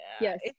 yes